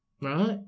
right